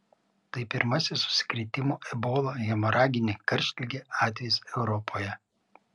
tai pirmasis užsikrėtimo ebola hemoragine karštlige atvejis europoje